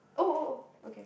oh oh oh okay